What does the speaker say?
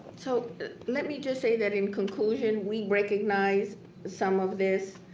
so let me just say that in conclusion, we recognize some of this,